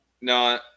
No